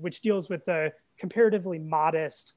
which deals with the comparatively modest